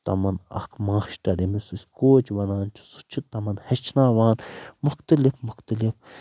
تٔمن اکھ ماشٹر ییٚمس أسۍ کوچ ونان چھِ سُہ چھُ تٔمن ہیٚچھناوان مختلف مختلف